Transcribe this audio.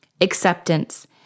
Acceptance